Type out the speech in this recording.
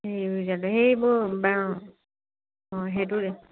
এইবোৰ অ' অ' সেইটোৰে